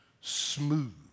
smooth